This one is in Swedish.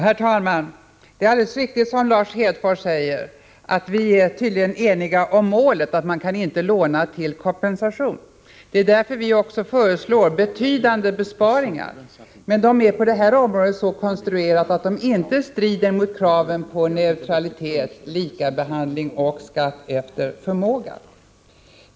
Herr talman! Det är alldeles riktigt som Lars Hedfors säger, att vi tydligen är eniga om målet att man inte kan låna till kompensation. Det är därför vi också föreslår betydande besparingar. Men de är på detta område så konstruerade att de inte strider mot kraven på neutralitet i kostnadshänseende, likabehandling och skatt efter förmåga.